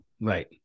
right